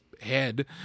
head